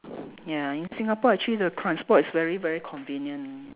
ya in Singapore actually the transport is very very convenient